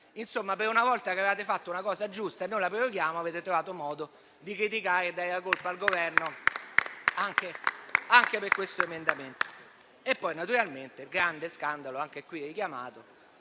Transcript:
Insomma, per una volta che avevate fatto una cosa giusta e noi l'abbiamo prorogata, avete trovato modo di criticare e dare la colpa al Governo anche per questo. Naturalmente poi c'è il grande scandalo, anche qui richiamato,